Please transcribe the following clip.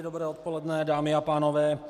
Dobré odpoledne, dámy a pánové.